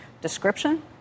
description